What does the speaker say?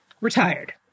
Retired